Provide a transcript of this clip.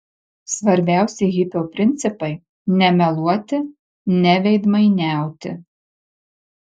svarbiausi hipio principai nemeluoti neveidmainiauti